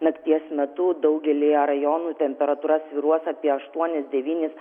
nakties metu daugelyje rajonų temperatūra svyruos apie aštuonis devynis